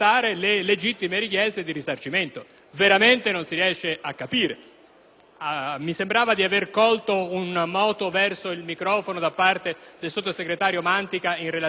Mi sembrava di aver colto un moto verso il microfono del sottosegretario Mantica in riferimento a quanto detto prima relativamente ad altri emendamenti.